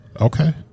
Okay